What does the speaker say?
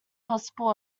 possible